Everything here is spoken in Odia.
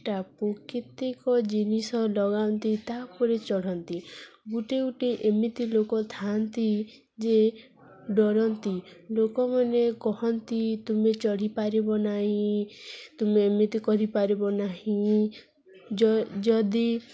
ଟାପୁ କେତେକ ଜିନିଷ ଲଗାନ୍ତି ତାପରେ ଚଢ଼ନ୍ତି ଗୁଟେ ଗୁଟେ ଏମିତି ଲୋକ ଥାଆନ୍ତି ଯେ ଡରନ୍ତି ଲୋକମାନେ କହନ୍ତି ତୁମେ ଚଢ଼ିପାରିବ ନାହିଁ ତୁମେ ଏମିତି କରିପାରିବ ନାହିଁ ଯ ଯଦି